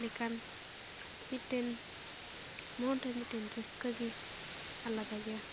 ᱞᱮᱠᱟᱱ ᱢᱤᱫᱴᱮᱱ ᱢᱚᱱ ᱨᱮ ᱢᱤᱫᱴᱮᱱ ᱨᱟᱹᱥᱠᱟᱹ ᱜᱮ ᱟᱞᱟᱫᱟ ᱜᱮᱭᱟ